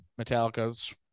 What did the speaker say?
Metallica's